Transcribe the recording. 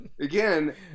again